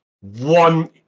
one